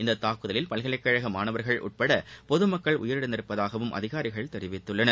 இத்தாக்குதலில் பல்கலைக்கழக மாணவர்கள் உள்பட பொதுமக்கள் உயிரிழந்திருப்பதாகவும் அதிகாரிகள் தெரிவித்துள்ளனர்